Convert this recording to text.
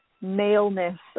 maleness